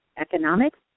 economics